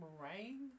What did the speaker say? Moraine